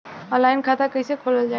Online खाता कईसे खोलल जाई?